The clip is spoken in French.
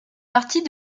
partie